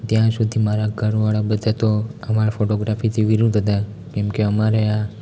ત્યાં સુધી મારા ઘર વાળા બધા તો આ મારા ફોટોગ્રાફીથી વિરુદ્ધ હતા કેમકે અમારે આ